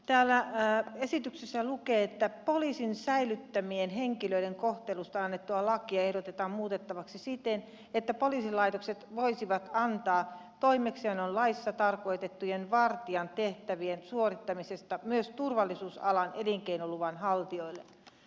täällä esityksessä lukee että poliisin säilyttämien henkilöiden kohtelusta annettua lakia ehdotetaan muutettavaksi siten että poliisilaitokset voisivat antaa toimeksiannon laissa tarkoitettujen vartijan tehtävien suorittamisesta myös turvallisuusalan elinkeinoluvan haltijoille